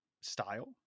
style